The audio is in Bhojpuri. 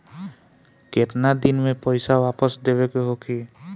केतना दिन में पैसा वापस देवे के होखी?